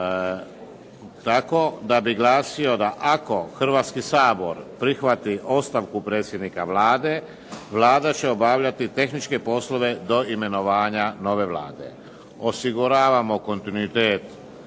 tako da bi glasio "Ako Hrvatski sabora prihvati ostavku predsjednika Vlade, Vlada će obavljati tehničke poslove do imenovanja nove Vlade". Osiguravamo kontinuitet